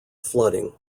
flooding